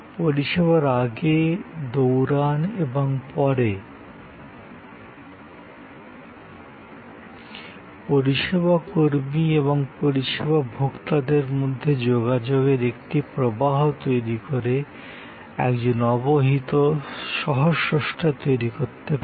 পরিষেবার আগে পরিষেবা চলাকালীন ন এবং পরে পরিষেবা কর্মী এবং পরিষেবা ভোক্তাদের মধ্যে যোগাযোগের একটি প্রবাহ তৈরি করে একজন অবহিত সহ স্রষ্টা তৈরি করতে পারি